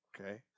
Okay